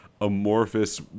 amorphous